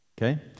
Okay